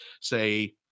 say